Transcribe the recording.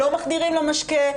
לא מחדירים למשקה,